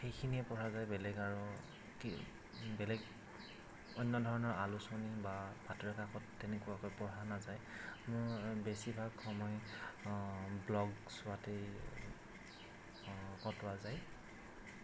সেইখিনিয়ে পঢ়া যায় বেলেগ আৰু কি বেলেগ অন্য ধৰণৰ আলোচনী বা বাতৰি কাকত তেনেকুৱাকৈ পঢ়া নাযায় বেছিভাগ সময় ব্ল'গ চোৱাতেই কটোৱা যায়